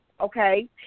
Okay